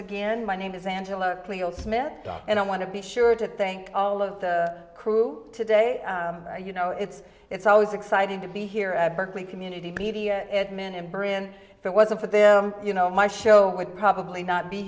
again my name is angela smith and i want to be sure to thank all of the crew today you know it's it's always exciting to be here at berkeley community be the men and brand that wasn't for them you know my show would probably not be